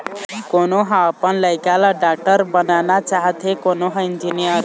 कोनो ह अपन लइका ल डॉक्टर बनाना चाहथे, कोनो ह इंजीनियर